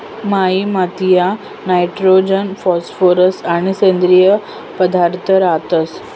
कायी मातीमा nitrogen phosphorus आणि सेंद्रिय पदार्थ रातंस